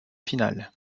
final